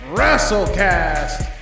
Wrestlecast